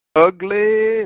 ugly